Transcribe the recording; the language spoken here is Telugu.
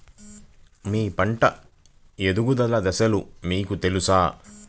మీ పంట ఎదుగుదల దశలు మీకు తెలుసా?